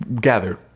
gathered